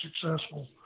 successful